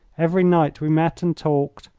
every night we met and talked,